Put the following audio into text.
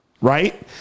right